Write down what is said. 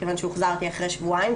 כיוון שהוחזרתי אחרי שבועיים,